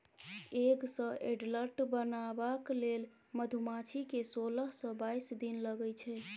egg सँ adult बनबाक लेल मधुमाछी केँ सोलह सँ बाइस दिन लगै छै